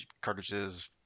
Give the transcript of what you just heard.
cartridges